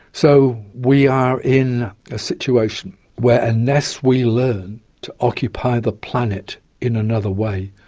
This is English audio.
so we are in a situation where unless we learn to occupy the planet in another way,